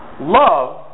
love